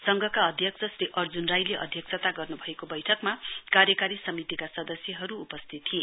संघका अध्यक्ष श्री अर्जन राईले अध्यक्षता गर्नुभएको बैठकमा कार्यकारी समितिका सदस्यहरु उपस्थित थिए